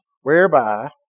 whereby